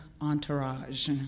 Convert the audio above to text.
entourage